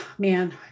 man